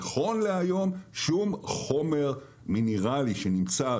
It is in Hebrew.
נכון להיום שום חומר מינרלי שנמצא,